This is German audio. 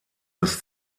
des